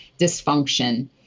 dysfunction